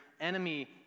enemy